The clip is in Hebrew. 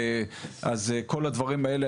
אז כל הדברים האלה,